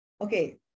Okay